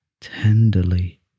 tenderly